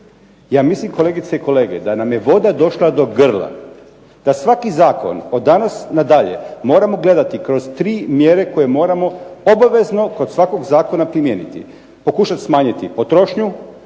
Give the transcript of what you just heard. Ja mislim kolegice i kolege da nam je voda došla do grla, da svaki zakon od danas na dalje moramo gledati kroz tri mjere koje moramo obavezno kod svakog zakona primijeniti. Pokušati smanjiti potrošnju,